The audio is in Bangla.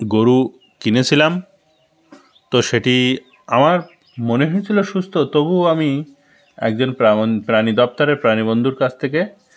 গরু কিনেছিলাম তো সেটি আমার মনে হয়েছিলো সুস্থ তবু আমি একজন প্রাণী দপ্তরের প্রাণী বন্ধুর কাস থেকে